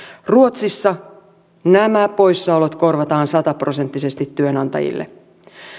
ruotsissa nämä poissaolot korvataan sataprosenttisesti työnantajille